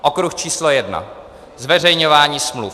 Okruh číslo jedna: zveřejňování smluv.